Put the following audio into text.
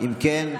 אם כן,